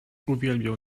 uwielbiał